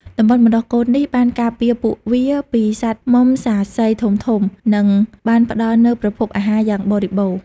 តំបន់បណ្តុះកូននេះបានការពារពួកវាពីសត្វមំសាសីធំៗ និងបានផ្តល់នូវប្រភពអាហារយ៉ាងបរិបូរណ៍។